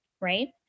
right